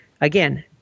again